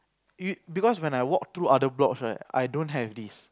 you because when I walk through other blocks right I don't have this